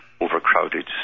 overcrowded